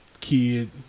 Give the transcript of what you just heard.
kid